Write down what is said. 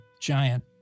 giant